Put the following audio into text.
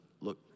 look